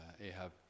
Ahab